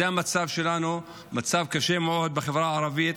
זה המצב שלנו, מצב קשה מאוד בחברה הערבית.